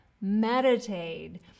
meditate